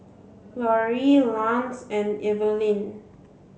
Lorri Lance and Evelin